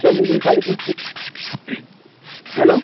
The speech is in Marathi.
चमेली साडेतीनशे हॅलो